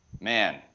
man